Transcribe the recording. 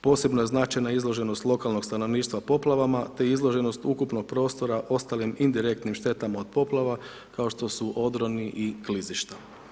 Posebno je značajna izloženost lokalnog stanovništva poplavama, te izloženost ukupnog prostora ostalim indirektnim štetama od poplava, kao što su odroni i klizišta.